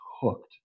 hooked